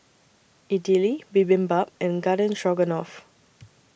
Idili Bibimbap and Garden Stroganoff